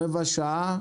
רבע שעה,